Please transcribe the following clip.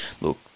Look